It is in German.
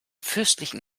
fürstlichen